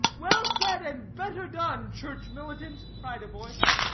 well said and better done, church militant! cried a voice.